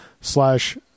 slash